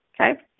Okay